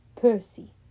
Percy